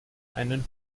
einen